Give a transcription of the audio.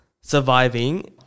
surviving